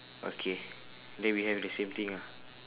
okay then we have the same thing ah